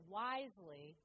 wisely